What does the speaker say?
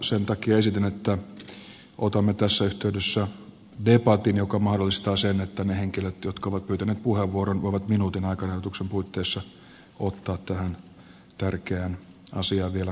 sen takia esitän että otamme tässä yhteydessä debatin joka mahdollistaa sen että ne henkilöt jotka ovat pyytäneet puheenvuoron voivat minuutin aikarajoituksen puitteissa ottaa tähän tärkeään asiaan vielä kantaa